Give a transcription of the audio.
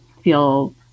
feel